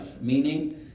meaning